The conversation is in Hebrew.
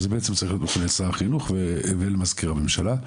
וזה בעצם צריך להיות בפני שר החינוך ולמזכיר הממשלה.